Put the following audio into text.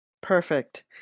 Perfect